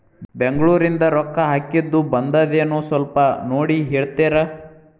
ಬೆಂಗ್ಳೂರಿಂದ ರೊಕ್ಕ ಹಾಕ್ಕಿದ್ದು ಬಂದದೇನೊ ಸ್ವಲ್ಪ ನೋಡಿ ಹೇಳ್ತೇರ?